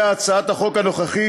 והצעת החוק הנוכחית,